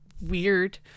weird